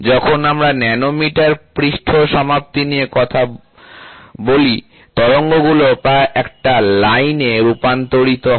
যখন তোমরা ন্যানোমিটার পৃষ্ঠ সমাপ্তি নিয়ে কথা বলছো তরঙ্গগুলি প্রায় একটা লাইনে রূপান্তরিত হয়